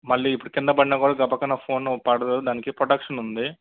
మళ్ళీ ఇప్పుడు కింద పడిన కూడా గప్పకున ఫోన్ పాడకాదు దానికి ప్రొటక్షన్ ఉంది